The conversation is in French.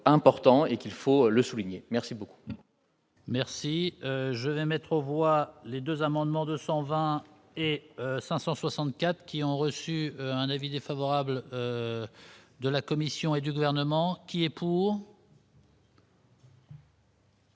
important et qu'il faut le souligner merci beaucoup. Merci, je vais mettre aux voix les 2 amendements de 120 et 564 qui ont reçu un avis défavorable de la Commission et du gouvernement qui est pour.